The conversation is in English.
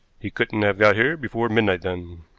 he couldn't have got here before midnight, then,